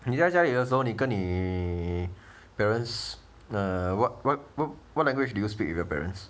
你在家里的时候你跟你 parents uh what what what what language do you speak with your parents